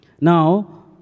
Now